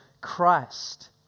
Christ